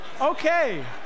okay